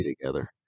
together